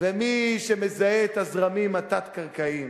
ומי שמזהה את הזרמים התת-קרקעיים